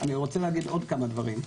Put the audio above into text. אני רוצה להגיד עוד כמה דברים.